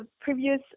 previous